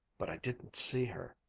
but i didn't see her.